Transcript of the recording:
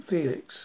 Felix